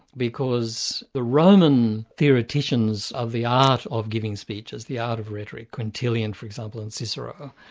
because the roman theoreticians of the art of giving speeches, the art of rhetoric, quintilian for example, and cicero,